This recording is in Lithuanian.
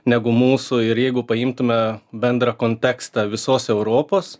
negu mūsų ir jeigu paimtume bendrą kontekstą visos europos